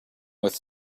with